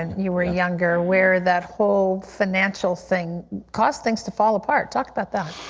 and you were younger, where that whole financial thing caused things to fall apart. talk about that.